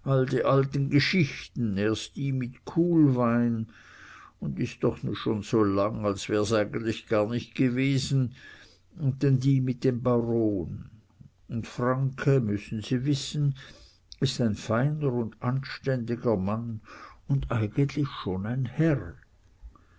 die alten geschichten erst die mit kuhlwein un is doch nu schon so lang als wär's eigentlich gar nich gewesen und denn die mit dem baron und franke müssen sie wissen ist ein feiner un anständiger mann un eigentlich schon ein herr